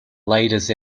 latest